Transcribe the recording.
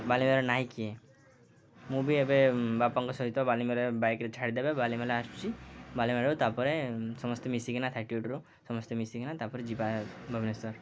ବାଲିମେଲାରେ ନାଇଁ କିଏ ମୁଁ ବି ଏବେ ବାପାଙ୍କ ସହିତ ବାଲିମେଲା ବାଇକ୍ରେ ଛାଡ଼ିଦେବେ ବାଲିମେଲା ଆସୁଛି ବାଲିମେଲାରୁ ତାପରେ ସମସ୍ତେ ମିଶିକିନା ଥାର୍ଟି ଏଇଟ୍ରୁ ସମସ୍ତେ ମିଶିକିନା ତାପରେ ଯିବା ଭୁବନେଶ୍ୱର